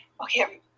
Okay